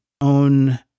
own